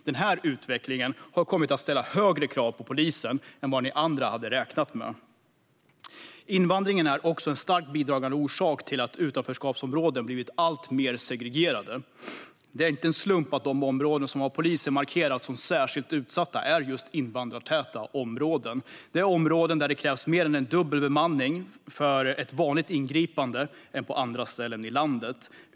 Den här utvecklingen har kommit att ställa högre krav på polisen än vad ni andra hade räknat med. Invandringen är också en starkt bidragande orsak till att utanförskapsområden blivit alltmer segregerade. Det är inte en slump att de områden som av polisen markerats som särskilt utsatta är just invandrartäta områden. Det är områden där det krävs mer än dubbel bemanning för ett vanligt ingripande jämfört med andra ställen i landet.